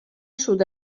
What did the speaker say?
sud